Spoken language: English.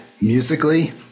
musically